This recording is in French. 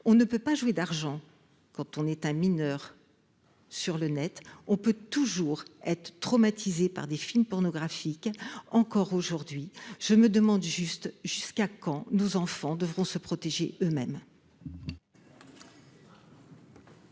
on ne peut pas jouer d'argent quand on est un mineur sur le Net, on peut toujours être traumatisés par des films pornographiques, encore aujourd'hui, je me demande juste jusqu'à quand nos enfants devront se protéger eux-mêmes.